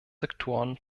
sektoren